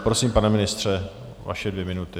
Prosím, pane ministře, vaše dvě minuty.